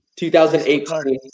2018